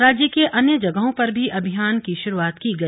राज्य के अन्य जगहों पर भी अभियान की शुरुआत की गई